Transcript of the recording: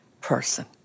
person